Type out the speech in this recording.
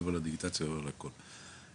מעבר לדיגיטציה ומעבר להכול.